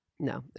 No